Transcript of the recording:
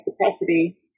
reciprocity